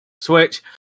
switch